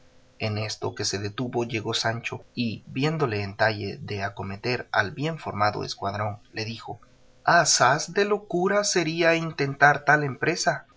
en esto que se detuvo llegó sancho y viéndole en talle de acometer al bien formado escuadrón le dijo asaz de locura sería intentar tal empresa